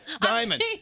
Diamond